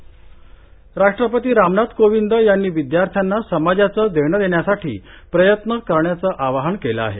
राष्ट्पतीः राष्ट्रपती रामनाथ कोविंद यांनी विदयार्थ्यांना समाजाचं देणं देण्यासाठी प्रयत्न करण्याचं आवाहन केलं आहे